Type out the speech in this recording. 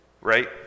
right